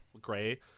gray